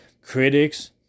critics